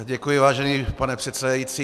Děkuji, vážený pane předsedající.